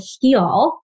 heal